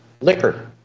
liquor